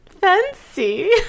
fancy